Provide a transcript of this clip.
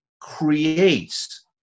creates